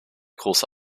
große